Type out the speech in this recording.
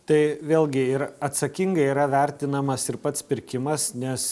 tai vėlgi ir atsakingai yra vertinamas ir pats pirkimas nes